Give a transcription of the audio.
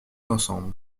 l’ensemble